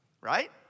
Right